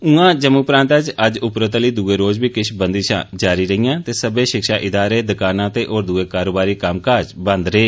उआं जम्मू प्रांता च अज्ज उप्परोतली दुए रोज बी किश बंदिशां जारी रेईयां ते सब्बै शिक्षा इदारे दकानां ते होर दुए कारोबारी कम्मकाज बंद रेय